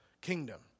kingdom